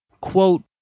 Quote